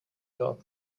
top